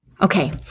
Okay